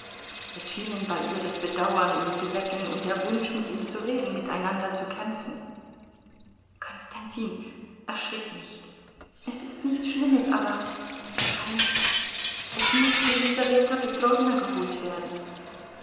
es schienen bei ihr das bedauern ihn zu wecken und der wunsch mit ihm zu reden miteinander zu kämpfen konstantin erschrick nicht es ist nichts schlimmes aber mir scheint es muß jelisaweta petrowna geholt werden